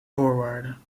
voorwaarden